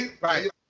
Right